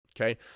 Okay